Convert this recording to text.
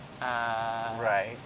right